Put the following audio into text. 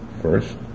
First